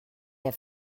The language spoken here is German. der